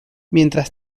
mientras